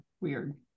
weird